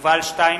יובל שטייניץ,